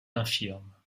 infirme